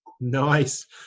Nice